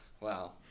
Wow